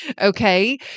Okay